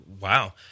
Wow